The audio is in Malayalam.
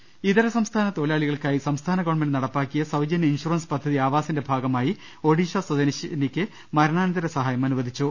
ള്ളെടുക ഇതര സംസ്ഥാന തൊഴിലാളികൾക്കായി സംസ്ഥാന ഗവൺമെന്റ് നട പ്പാക്കിയ സൌജന്യ ഇൻഷൂറൻസ് പദ്ധതി ആവാസിന്റെ ഭാഗമായി ഒഡീഷ സ്വദേശിനിക്കു മരണാനന്തര സഹായം അനുവദിച്ചു